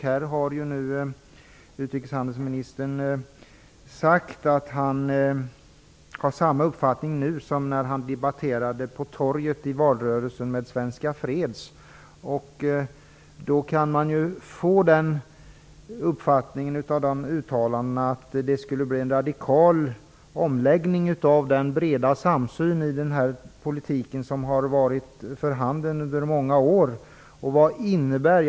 Här har nu utrikeshandelsministern sagt att han har samma uppfattning nu som när han debatterade på torget med Av dessa uttalanden kan man få den uppfattningen att det skulle bli en radikal omläggning av den breda samsyn i den här politiken som har varit för handen under många år.